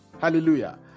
Hallelujah